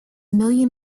million